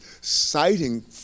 citing